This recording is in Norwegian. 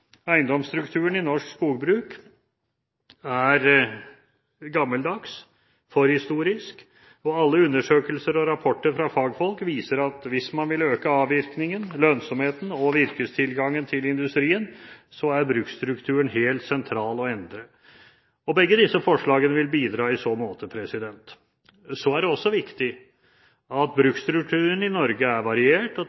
Eiendomsstrukturen i norsk skogbruk er gammeldags – forhistorisk – og alle undersøkelser og rapporter fra fagfolk viser at hvis man vil øke avvirkningen, lønnsomheten og virkestilgangen til industrien, er bruksstrukturen helt sentral å endre. Begge disse forslagene vil bidra i så måte. Det er også viktig at